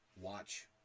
watch